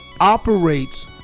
operates